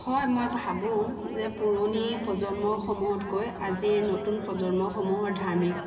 হয় মই ভাবো যে পুৰণি প্ৰজন্মসমূহতকৈ আজি এই নতুন প্ৰজন্মসমূহৰ ধাৰ্মিক